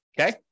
okay